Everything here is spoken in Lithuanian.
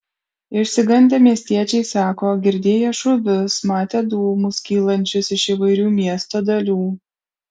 išsigandę miestiečiai sako girdėję šūvius matę dūmus kylančius iš įvairių miesto dalių